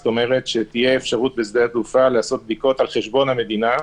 זאת אומרת שתהיה אפשרות לעשות בשדה התעופה בדיקות על חשבון המדינה,